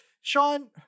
Sean